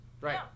Right